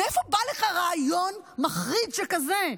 מאיפה בא לך רעיון מחריד שכזה?